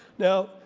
now,